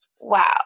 Wow